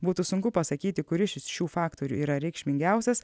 būtų sunku pasakyti kuris iš šių faktorių yra reikšmingiausias